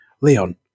leon